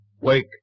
Wake